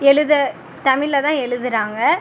எழுத தமிழில் தான் எழுதுறாங்க